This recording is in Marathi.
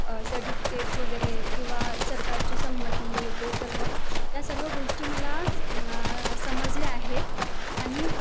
सर्टिफिकेट्स वगैरे किंवा सरकारची संमती हे ते सर्व या सर्व गोष्टी मला समजल्या आहेत आणि